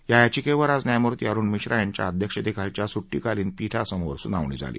या याचिकेवर आज न्यायमूर्ती अरुण मिश्रा यांच्या अध्यक्षतेखालच्या सुट्टीकालीन पीठासमोर सुनावणी झाली